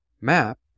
map